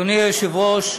אדוני היושב-ראש,